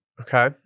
Okay